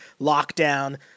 lockdown